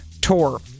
tour